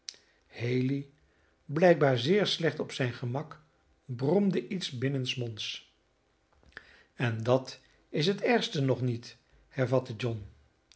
haley blijkbaar zeer slecht op zijn gemak bromde iets binnensmonds en dat is het ergste nog niet hervatte john